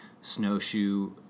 snowshoe